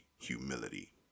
humility